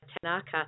Tanaka